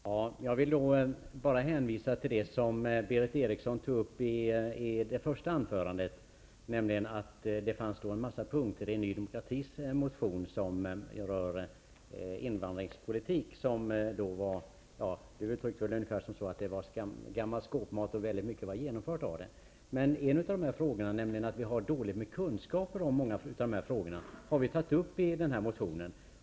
Herr talman! Jag vill bara hänvisa till det som Berith Eriksson tog upp i sitt första anförande, nämligen att det finns en mängd punkter i Ny Demokratis motion om invandringspolitik som skulle vara gammal skåpmat. Väldigt mycket skulle också redan vara genomfört. Men detta med att vi har dåliga kunskaper i många av de här frågorna berörs i den aktuella motionen.